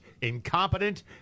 incompetent